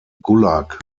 gulag